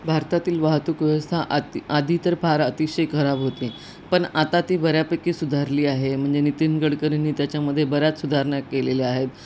भारतातील वाहतूक व्यवस्था आति आधी तर फार अतिशय खराब होती पण आता ती बऱ्यापैकी सुधारली आहे म्हणजे नितीन गडकरीनी त्याच्यामध्ये बऱ्याच सुधारणा केलेल्या आहेत